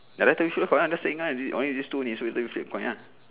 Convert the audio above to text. ya lah to issue to connect the signal only these two is whether flip coin ah